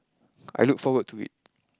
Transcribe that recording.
I look forward to it